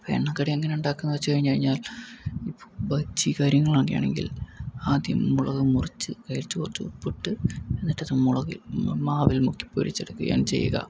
ഇപ്പോൾ എണ്ണക്കടി എങ്ങനെ ഉണ്ടാക്കുന്നത് എന്നു വച്ചു കഴിഞ്ഞു കഴിഞ്ഞാൽ ഇപ്പോൾ ബജി കാര്യങ്ങളൊക്കെയാണെങ്കിൽ ആദ്യം മുളക് മുറിച്ച് അതിൽ കുറച്ചു ഉപ്പിട്ട് എന്നിട്ട് മുളക് മാവിൽ മുക്കി പൊരിച്ചെടുക്കുകയാണ് ചെയ്യുക